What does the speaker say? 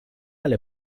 alle